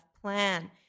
plan